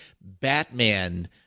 Batman